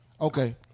Okay